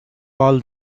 all